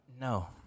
No